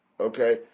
Okay